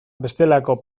bestelako